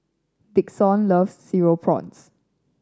Dixon loves Cereal Prawns